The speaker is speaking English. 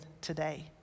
today